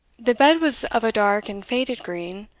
the bed was of a dark and faded green,